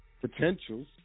potentials